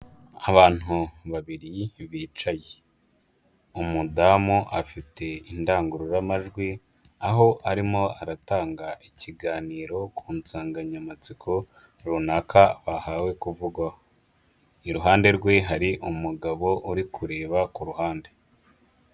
Abantu babiri bicaye, umudamu afite indangururamajwi aho arimo aratanga ikiganiro ku nsanganyamatsiko runaka bahawe kuvugaho. Iruhande rwe hari umugabo uri kureba ku ruhande.